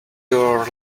your